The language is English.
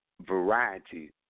variety